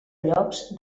llocs